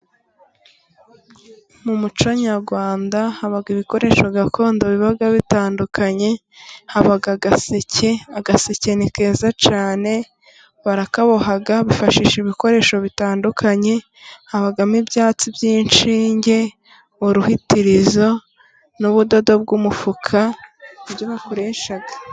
Mu muco nyarwanda haba ibikoresho gakondo biba bitandukanye haba agaseke, agaseke ni keza cyane barakaboha bifashisha ibikoresho bitandukanye habamo ibyatsi by'inshinge, uruhitirizo n'ubudodo bw'umufuka bakoresha.